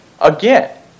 Again